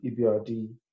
EBRD